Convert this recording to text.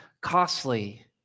costly